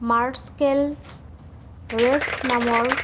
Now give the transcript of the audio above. মাৰ্স্কেল ৰেচ নামৰ